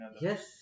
yes